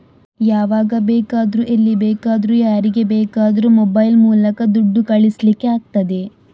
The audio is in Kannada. ಯಾವಾಗ ಬೇಕಾದ್ರೂ ಎಲ್ಲಿ ಬೇಕಾದ್ರೂ ಯಾರಿಗೆ ಬೇಕಾದ್ರೂ ಮೊಬೈಲ್ ಮೂಲಕ ದುಡ್ಡು ಕಳಿಸ್ಲಿಕ್ಕೆ ಆಗ್ತದೆ